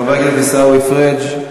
חבר הכנסת עיסאווי פריג'.